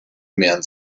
mehren